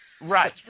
Right